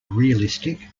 realistic